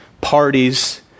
parties